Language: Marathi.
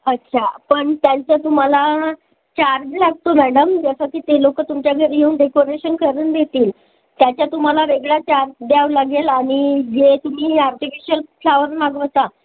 अच्छा पण त्यांचं तुम्हाला चार्ज लागतो मॅडम जसं की ते लोक तुमच्या घरी येऊन डेकोरेशन करून देतील त्याच्या तुम्हाला वेगळा चार्ज द्यावं लागेल आणि जे तुम्ही आर्टिफिशीयल फ्लावर मागवता